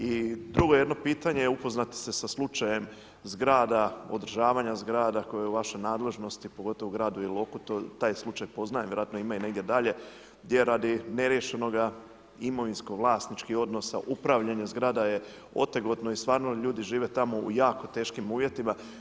I drugo jedno pitanje upoznati ste sa slučajem zgrada, održavanjem zgrada koje je u vašoj nadležnosti pogotovo u gradu Iloku, taj slučaj poznajem, vjerojatno ima negdje i dalje gdje radi neriješenoga imovinsko-vlasničkih odnosa upravljanje zgrada je otegotno i stvarno ljudi žive tamo u jako teškim uvjetima.